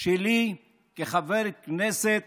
שלי כחבר כנסת